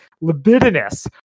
libidinous